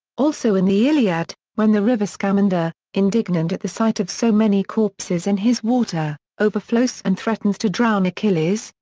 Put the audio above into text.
also in the iliad, when the river scamander, indignant at the sight of so many corpses in his water, overflows and threatens to drown achilles,